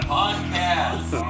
Podcast